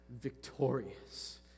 victorious